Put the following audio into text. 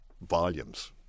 volumes